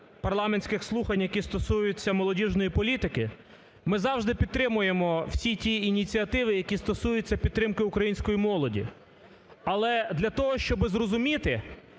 парламентських слухань, які стосуються молодіжної політики. Ми завжди підтримуємо всі ті ініціативи, які стосуються підтримки української молоді. Але для того, щоби зрозуміти,